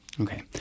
Okay